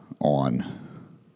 on